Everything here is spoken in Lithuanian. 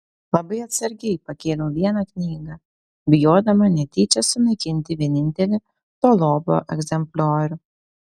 labai atsargiai pakėliau vieną knygą bijodama netyčia sunaikinti vienintelį to lobio egzempliorių